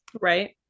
Right